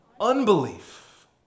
unbelief